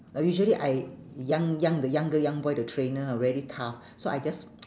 oh usually I young young the young girl young boy the trainer very tough so I just